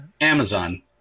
amazon